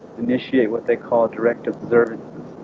initiate what they call direct observances